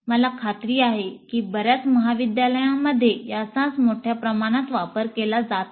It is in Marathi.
मला खात्री आहे की बर्याच महाविद्यालयांमध्ये याचाच मोठ्या प्रमाणात वापर केला जात आहे